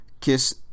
kiss